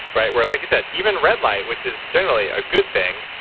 right? where like you said, even red light, which is generally a good thing,